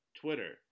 Twitter